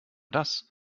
das